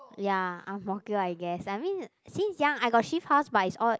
ya Ang-Mo-Kio I guess I mean since young I got shift house but it's all